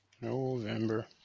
November